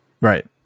Right